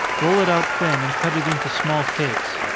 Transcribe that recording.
roll it out thin, and cut it into small cakes.